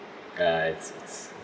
ya it's it's